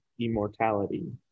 immortality